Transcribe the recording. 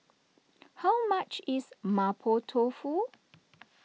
how much is Mapo Tofu